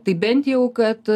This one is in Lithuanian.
tai bent jau kad